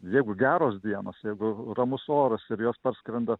jeigu geros dienos jeigu ramus orus ir jos parskrenda